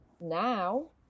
now